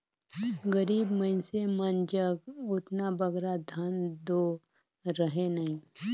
गरीब मइनसे मन जग ओतना बगरा धन दो रहें नई